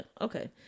okay